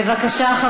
בבקשה,